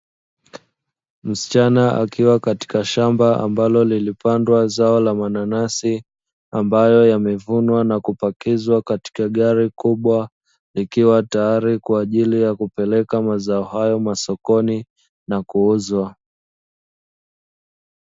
Msichana akiwa katika shamba ambalo lilipandwa zao la mananasi ambayo yamevunwa na kupakizwa katika gari kubwa likiwa tayari kwa ajili ya kupeleka mazao hayo masokoni na kuuzwa.